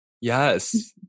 Yes